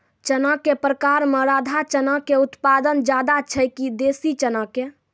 चना के प्रकार मे राधा चना के उत्पादन ज्यादा छै कि देसी चना के?